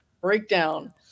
breakdown